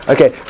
Okay